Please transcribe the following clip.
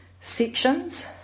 sections